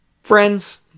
friends